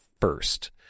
first